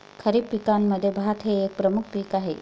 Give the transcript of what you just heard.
खरीप पिकांमध्ये भात हे एक प्रमुख पीक आहे